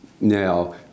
Now